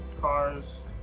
cars